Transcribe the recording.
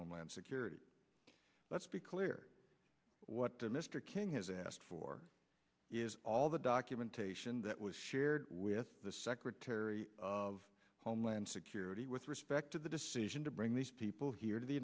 homeland security let's be clear what mr cain has asked for is all the documentation that was shared with the secretary of homeland security with respect to the decision to bring these people here to the